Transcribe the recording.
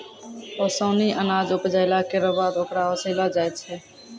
ओसौनी अनाज उपजाइला केरो बाद ओकरा ओसैलो जाय छै